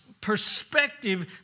perspective